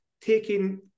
taking